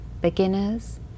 beginners